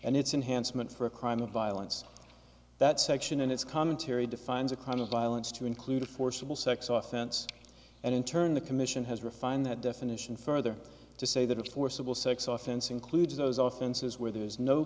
and it's enhanced meant for a crime of violence that section and its commentary defines a kind of violence to include a forcible sex offense and in turn the commission has refined that definition further to say that a forcible sex offense includes those often says where there is no